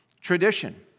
tradition